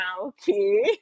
okay